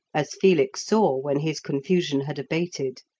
as felix saw when his confusion had abated.